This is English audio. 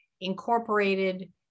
incorporated